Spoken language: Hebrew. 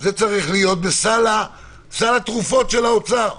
זה צריך להיות בסל התרופות של האוצר.